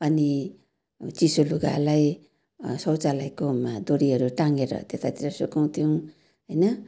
अनि चिसो लुगाहरूलाई शौचालयकोमा दोरीहरू टाङ्गेर त्यतातिर सुकाउँथ्यौँ होइन